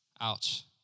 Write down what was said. Ouch